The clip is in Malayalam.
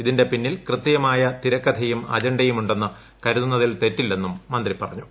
ഇതിന്റെ പിന്നിൽ കൃത്യമായ തിരക്കഥയും അജണ്ടയും ഉണ്ടെന്ന് കരുതുന്നതിൽ തെറ്റില്ലെന്നും മന്ത്രി പറഞ്ഞു